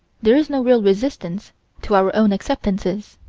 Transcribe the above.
there is no real resistance to our own acceptances.